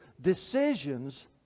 decisions